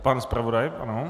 Pan zpravodaj, ano.